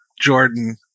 Jordan